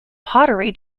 pottery